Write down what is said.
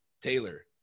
Taylor